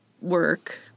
work